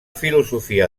filosofia